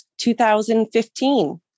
2015